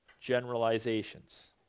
generalizations